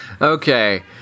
Okay